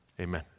amen